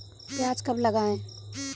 प्याज कब लगाएँ?